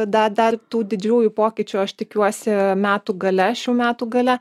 da dar tų didžiųjų pokyčių aš tikiuosi metų gale šių metų gale